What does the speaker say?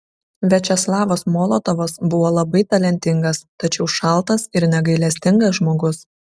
viačeslavas molotovas buvo labai talentingas tačiau šaltas ir negailestingas žmogus